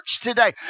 today